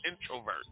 introvert